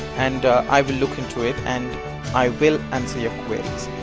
and i will look into it and i will answer your queries.